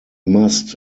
must